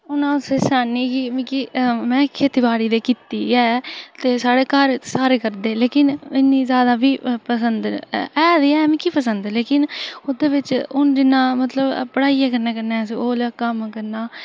हून अस सनाने कि में खेतीबाड़ी कीती दी ते ऐ ते साढ़े घर सारे करदे लेकिन इन्नी बी बी जादा पसंद ऐ ते ऐ पर मिगी ते ऐ पसंद पर ओह्दे बिच जिन्ना पढ़ाइयै दे कन्नै कन्नै ओह् जेहा करना